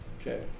Okay